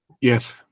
Yes